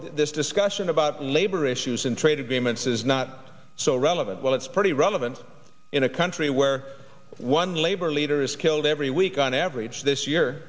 this discussion about labor issues and trade agreements is not so relevant well it's pretty relevant in a country where one labor leader is killed every week on average this year